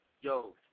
Yo